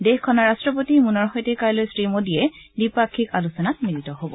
দেশখনৰ ৰাট্টপতি মুনৰ সৈতে কাইলৈ শ্ৰী মোদীয়ে দ্বিপাক্ষিক আলোচনাত মিলিত হব